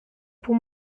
pour